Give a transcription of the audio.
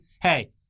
hey